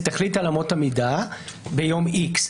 היא תחליט על אמות המידה ביום איקס,